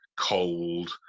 cold